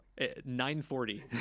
940